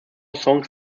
songs